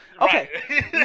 Okay